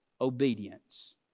Obedience